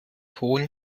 hohen